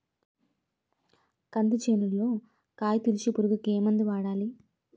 కంది చేనులో కాయతోలుచు పురుగుకి ఏ మందు వాడాలి?